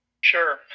sure